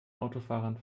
autofahrern